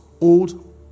Old